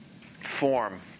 Form